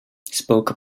spoke